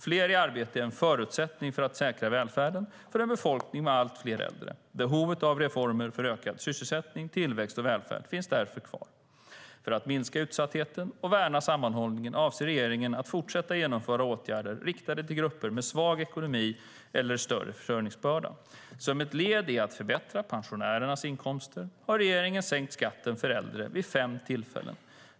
Fler i arbete är en förutsättning för att säkra välfärden för en befolkning med allt fler äldre. Behovet av reformer för ökad sysselsättning, tillväxt och välfärd finns därför kvar. För att minska utsattheten och värna sammanhållningen avser regeringen att fortsätta genomföra åtgärder riktade till grupper med svag ekonomi eller större försörjningsbörda. Som ett led i att förbättra pensionärernas inkomster har regeringen sänkt skatten för äldre vid fem tillfällen.